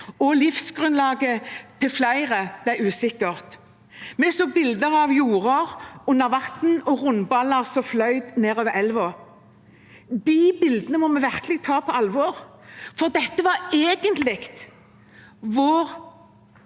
og livsgrunnlaget til flere ble usikkert. Vi så bilder av jorder under vann og rundballer som fløt nedover elven. De bildene må vi virkelig ta på alvor, for dette var egentlig vår